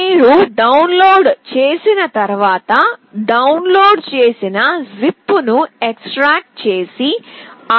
మీరు డౌన్లోడ్ చేసిన తర్వాత డౌన్లోడ్ చేసిన జిప్ను ఎక్స్ట్రాక్ట్ చేసి arduino